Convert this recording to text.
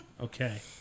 Okay